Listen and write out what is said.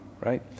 right